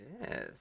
Yes